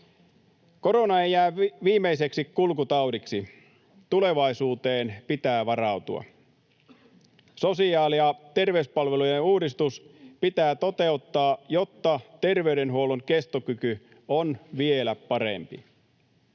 Korona ei jää viimeiseksi kulkutaudiksi. Tulevaisuuteen pitää varautua. Sosiaali- ja terveyspalvelujen uudistus pitää toteuttaa, jotta terveydenhuollon kestokyky on vielä parempi.